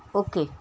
okay